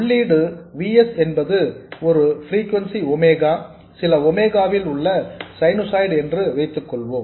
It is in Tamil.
உள்ளீடு V s என்பது ஒரு ஃப்ரீகொன்சி ஒமேகா சில ஒமேகா வில் உள்ள சைனுசாய்டு என்று வைத்துக்கொள்வோம்